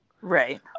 right